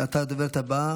ועתה הדוברת הבאה,